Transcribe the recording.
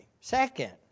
Second